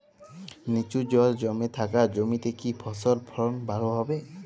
নিচু জল জমে থাকা জমিতে কি ফসল ফলন ভালো হবে?